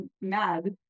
mad